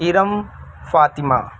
Arham Fatima